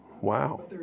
Wow